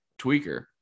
tweaker